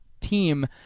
team